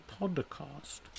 podcast